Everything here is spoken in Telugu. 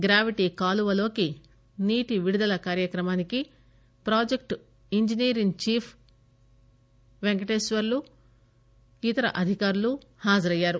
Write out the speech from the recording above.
గ్రావిటీ కాలువలోకి నీటి విడుదల కార్యక్రమానికి project engineer in chief NV Venkateswarlu ఇతర అధికారులు హాజరయ్యారు